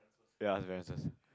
ya it's very